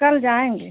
कल जाएँगे